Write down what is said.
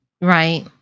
Right